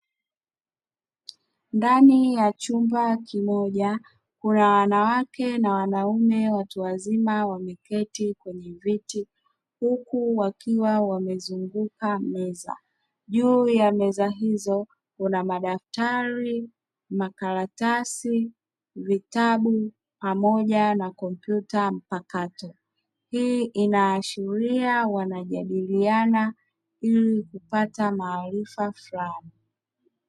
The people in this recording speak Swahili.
Ndani ya chumba kimoja kuna wanawake na wanaume watu wazima wameketi kwenye viti huku wakiwa wamezunguka meza juu ya meza hizo una madaftari, makaratasi, vitabu, pamoja na kompyuta mpakato. Hii inaashiria wanajadiliana ili kupata maarifa fulani.